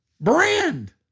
brand